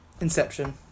Inception